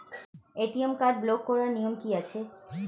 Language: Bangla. এ.টি.এম কার্ড ব্লক করার নিয়ম কি আছে?